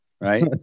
Right